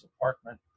apartment